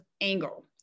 angle